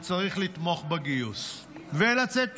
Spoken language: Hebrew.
וצריך לתמוך בגיוס ולצאת לעבודה.